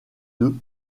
deux